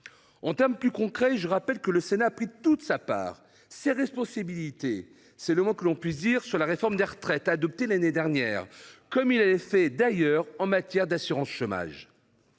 En termes plus concrets, je rappelle que le Sénat a pris toute sa part et toutes ses responsabilités – c’est le moins que l’on puisse dire – sur la réforme des retraites adoptée l’année dernière, comme il l’avait fait, d’ailleurs, en matière d’assurance chômage.